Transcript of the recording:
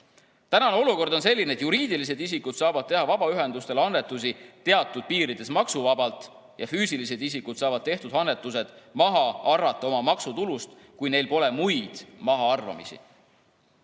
Tänane olukord on selline, et juriidilised isikud saavad teha vabaühendustele annetusi teatud piirides maksuvabalt ja füüsilised isikud saavad tehtud annetused maha arvata oma maksutulust, kui neil pole muid mahaarvamisi.